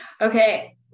Okay